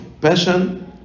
Passion